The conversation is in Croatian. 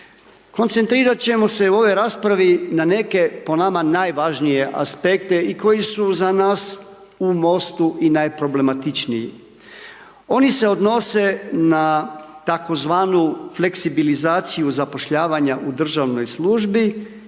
Koncentrirat ćemo u ovoj raspravi na neke po nama najvažnije aspekte i koji su za nas u MOST-u i najproblematičniji. Oni se odnose na tzv. fleksibilizaciju zapošljavanja u državnoj službi